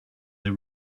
they